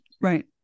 Right